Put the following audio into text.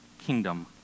kingdom